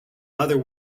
other